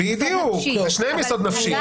הוא יסוד נפשי,